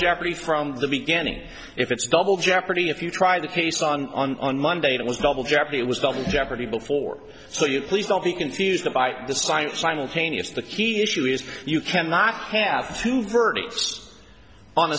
jeopardy from the beginning if it's double jeopardy if you try the case on the monday it was double jeopardy it was double jeopardy before so you please don't be confused by the science simultaneous the key issue is you cannot have two verdicts on